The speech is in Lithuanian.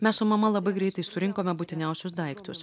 mes su mama labai greitai surinkome būtiniausius daiktus